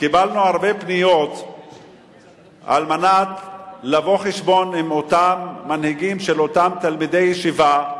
קיבלנו הרבה פניות לבוא חשבון עם אותם מנהיגים של אותם תלמידי ישיבה,